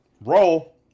roll